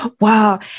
Wow